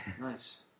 nice